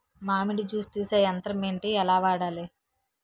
మామిడి జూస్ తీసే యంత్రం ఏంటి? ఎలా వాడాలి?